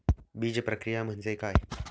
बीजप्रक्रिया म्हणजे काय?